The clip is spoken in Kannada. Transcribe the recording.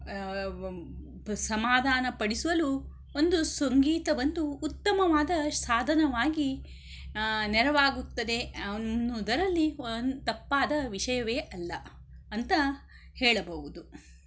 ಸಮಾಧಾನ ಪಡಿಸಲು ಒಂದು ಸಂಗೀತ ಒಂದು ಉತ್ತಮವಾದ ಸಾಧನವಾಗಿ ನೆರವಾಗುತ್ತದೆ ಅನ್ನುವುದರಲ್ಲಿ ಒನ್ ತಪ್ಪಾದ ವಿಷಯವೇ ಅಲ್ಲ ಅಂತ ಹೇಳಬಹುದು